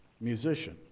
musician